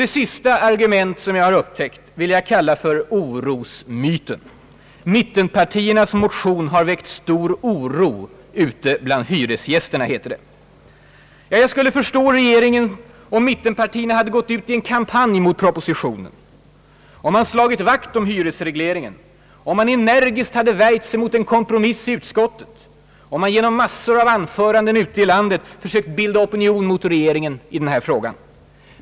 Det sista argument jag upptäckt vill jag kalla för orosmyten. Mittenpartiernas motion har väckt stor oro bland hyresgästerna, heter det. Jag skulle förstå regeringen om mittenpartierna hade gått ut i en kampanj mot propositionen, om man slagit vakt kring hyresregleringen, om man energiskt värjt sig mot en kompromiss i utskottet, om man genom massor av anföranden ute i landet försökt bilda opinion mot regeringen i den här frågan.